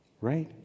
Right